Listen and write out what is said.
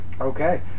Okay